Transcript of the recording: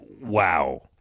Wow